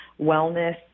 wellness